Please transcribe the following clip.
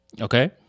okay